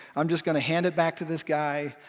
i'm just going to hand it back to this guy,